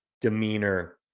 demeanor